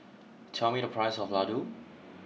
tell me the price of Ladoo